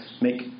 make